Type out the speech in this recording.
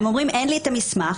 הם אומרים שאין להם את המסמך,